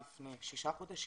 לפני 6 חודשים,